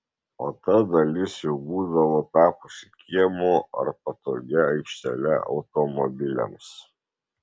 o ta dalis jau būdavo tapusi kiemu ar patogia aikštele automobiliams